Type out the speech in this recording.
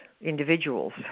individuals